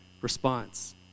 response